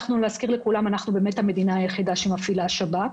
נזכיר לכולם שאנחנו באמת המדינה היחידה שמפעילה את השב"כ.